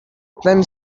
then